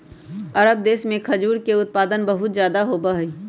अरब देश में खजूर के उत्पादन बहुत ज्यादा होबा हई